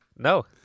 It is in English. No